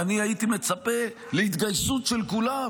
והייתי מצפה להתגייסות של כולם,